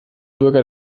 bürger